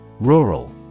Rural